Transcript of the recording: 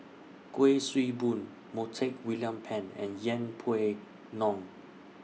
Kuik Swee Boon Montague William Pett and Yeng Pway Ngon